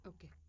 Okay